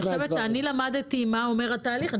אני חושבת שאני למדתי מה אומר התהליך ואני